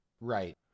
right